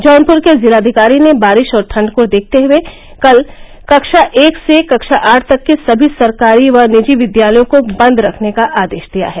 जौनपुर के जिलाधिकारी ने बारिश और ठंड को देखते हुए कल कक्षा एक से कक्षा आठ तक के सभी सरकारी व निजी विद्यालयों को बंद रखने का आदेश दिया है